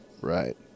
Right